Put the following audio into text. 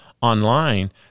online